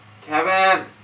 Kevin